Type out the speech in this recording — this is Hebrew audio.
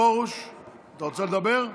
מאיר פרוש, אתה רוצה לדבר?